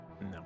no